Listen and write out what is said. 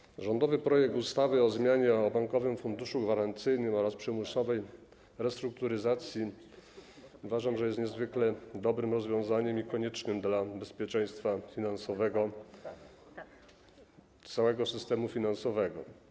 Uważam, że rządowy projekt ustawy o zmianie ustawy o Bankowym Funduszu Gwarancyjnym oraz przymusowej restrukturyzacji jest niezwykle dobrym rozwiązaniem i koniecznym dla bezpieczeństwa finansowego całego systemu finansowego.